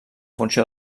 funció